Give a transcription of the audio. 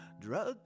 Drug